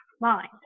mind